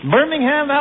Birmingham